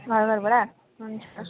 घर घरबाट हुन्छ